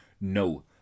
no